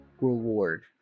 reward